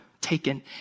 taken